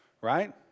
right